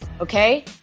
Okay